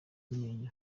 amenyo